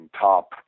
top